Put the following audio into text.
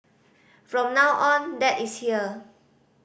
from now on dad is here